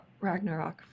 ragnarok